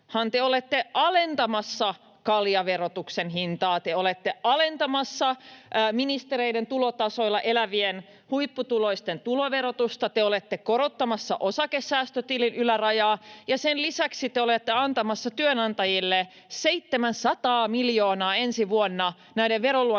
olette alentamassa kaljaverotuksen hintaa, te olette alentamassa ministereiden tulotasoilla elävien huipputuloisten tuloverotusta, te olette korottamassa osakesäästötilin ylärajaa ja sen lisäksi te olette antamassa työnantajille 700 miljoonaa ensi vuonna näiden veroluontoisten